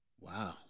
Wow